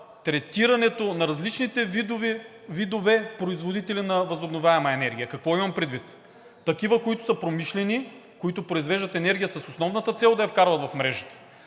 третирането на различните видове производители на възобновяема енергия. Какво имам предвид? Такива, които са промишлени, които произвеждат енергия с основната цел да я вкарват в мрежата,